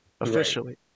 officially